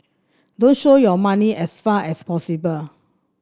don't show your money as far as possible